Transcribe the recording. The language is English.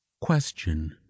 Question